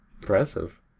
Impressive